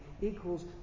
equals